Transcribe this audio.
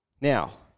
Now